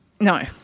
No